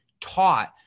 taught